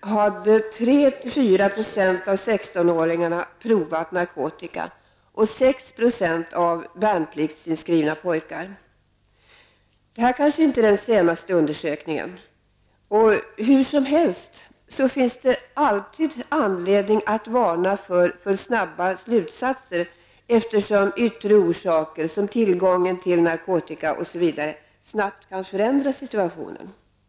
hade 3--4 % av 16-åringarna provat narkotika och 6 % av värnpliktsinskrivna pojkar. Det här kanske inte är de senaste undersökningarna, det vet jag inte, men hur som helst finns det alltid anledning att varna för alltför snabba slutsatser, eftersom yttre orsaker, såsom tillgången till narkotika m.m., så snabbt kan förändra situationen.